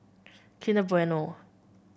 Kinder Bueno